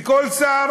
וכל שר